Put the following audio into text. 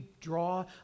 draw